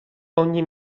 ogni